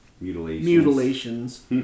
mutilations